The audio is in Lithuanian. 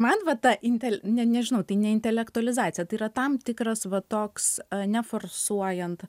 man va ta intel ne nežinau tai ne intelektualizacija tai yra tam tikras va toks neforsuojant